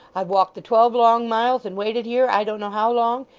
i've walked the twelve long miles, and waited here i don't know how long,